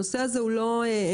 הנושא הזה הוא לא פשוט,